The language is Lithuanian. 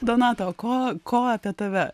donata o ko ko apie tave